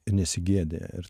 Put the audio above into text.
nesigėdi ir